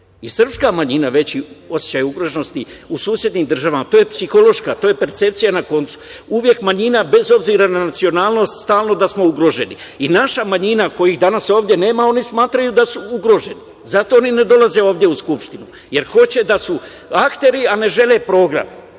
i srpska manjina veći osećaj ugroženosti u susednim državama. To je psihološka, to je percepcija na kraju, uvek manjina bez obzira na nacionalnost, stalno da smo ugroženi. Naša manjina kojih danas nema one smatraju da su ugrožene, zato oni ne dolaze ovde u Skupštinu, jer hoće da su akteri, a ne žele program.